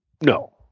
No